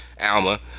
Alma